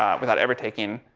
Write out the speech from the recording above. um without ever taking,